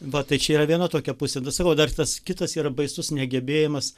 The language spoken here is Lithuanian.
va tai čia yra viena tokia pusė sakau dar tas kitas yra baisus negebėjimas